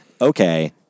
okay